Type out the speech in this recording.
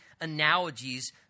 analogies